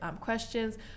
questions